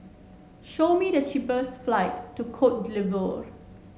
show me the cheapest flight to Cote d'Ivoire